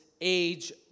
age